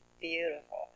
beautiful